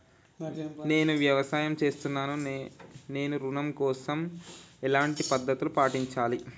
నేను వ్యాపారం చేస్తున్నాను నేను ఋణం కోసం ఎలాంటి పద్దతులు పాటించాలి?